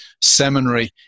seminary